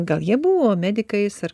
gal jie buvo medikais ar